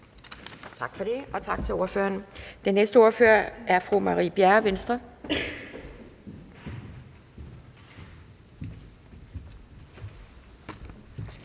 Tak for det, og tak til ordføreren. Den næste ordfører er fru Marie Bjerre, Venstre.